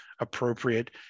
appropriate